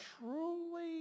truly